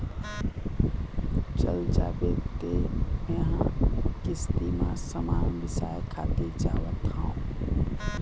चल जाबे तें मेंहा किस्ती म समान बिसाय खातिर जावत हँव